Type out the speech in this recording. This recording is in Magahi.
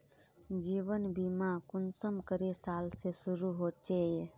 जीवन बीमा कुंसम करे साल से शुरू होचए?